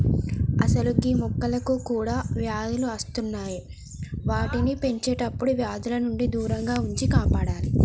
అసలు గీ మొక్కలకి కూడా వ్యాధులు అస్తున్నాయి వాటిని పెంచేటప్పుడు వ్యాధుల నుండి దూరంగా ఉంచి కాపాడాలి